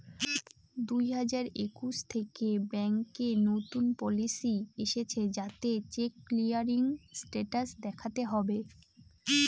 দুই হাজার একুশ থেকে ব্যাঙ্কে নতুন পলিসি এসেছে যাতে চেক ক্লিয়ারিং স্টেটাস দেখাতে হবে